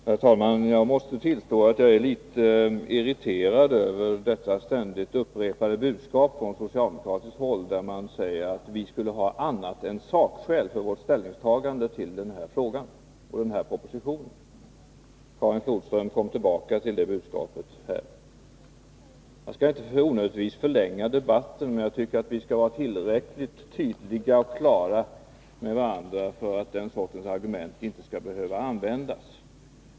Herr talman! Jag måste tillstå att jag är litet irriterad över detta ständigt upprepade budskap från socialdemokratiskt håll att vi skulle ha annat än sakskäl för vårt ställningstagande till denna proposition. Karin Flodström kom tillbaka till det budskapet här. Jag skall inte onödigtvis förlänga debatten, men jag tycker vi skall vara tillräckligt tydliga och klara så att den sortens argument inte skall behöva användas.